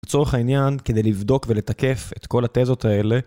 לצורך העניין כדי לבדוק ולתקף את כל התזות האלה